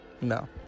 No